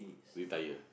retire